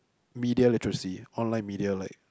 media literacy online media like